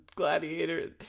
Gladiator